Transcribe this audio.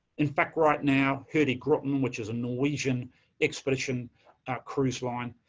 in fact, right now hurtigruten, which is a norwegian expedition cruise line,